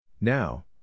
Now